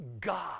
God